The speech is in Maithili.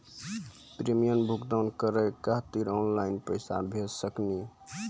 प्रीमियम भुगतान भरे के खातिर ऑनलाइन पैसा भेज सकनी?